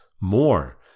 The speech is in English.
more